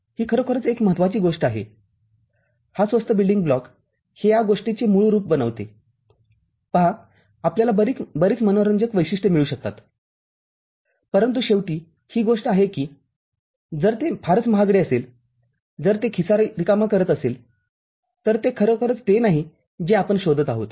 ही खरोखर एक महत्वाची गोष्ट आहे हा स्वस्त बिल्डिंग ब्लॉक हे या गोष्टीचे मूळ रूप बनवते पहा आपल्याला बरीच मनोरंजक वैशिष्ट्ये मिळू शकतात परंतु शेवटी ही गोष्ट आहे की जर ते फारच महागडे असेल जर ते खिसा रिकामा करत असेल तर ते खरोखर ते नाही जे आपण शोधत आहोत